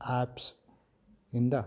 apps ಇಂದ